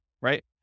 right